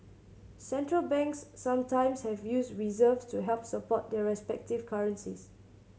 Central Banks sometimes have used reserves to help support their respective currencies